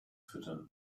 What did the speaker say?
füttern